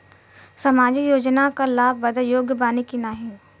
सामाजिक योजना क लाभ बदे योग्य बानी की नाही?